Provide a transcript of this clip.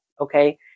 Okay